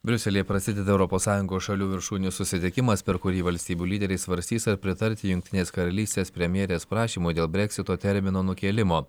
briuselyje prasideda europos sąjungos šalių viršūnių susitikimas per kurį valstybių lyderiai svarstys ar pritarti jungtinės karalystės premjerės prašymui dėl breksito termino nukėlimo